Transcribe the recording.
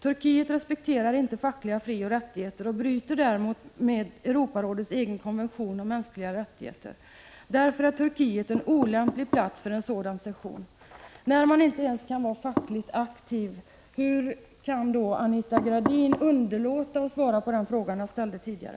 ”Turkiet respekterar inte fackliga frioch rättigheter och bryter därmed mot Europarådets egen konvention om mänskliga rättigheter”, heter det i brevet. ”Därför är Turkiet en olämplig plats för en sådan session.” När människor inte ens kan vara fackligt aktiva, hur kan då Anita Gradin underlåta att svara på den fråga som jag ställde tidigare?